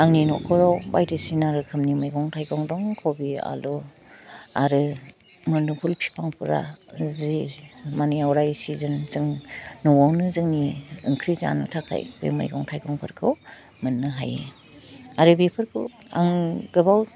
आंनि नख'राव बायदिसिना रोखोमनि मैगं थाइगं दं कभि आलु आरो मोदोमफुल फिफांफोरा जि मानि अराय सिजोन जों न'वावनो जोंनि ओंख्रि जानो थाखाय बे मैगं थाइगंफोरखौ मोननो हायो आरो बेफोरखौ आं गोबाव